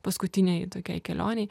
paskutinei tokiai kelionei